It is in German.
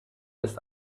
ist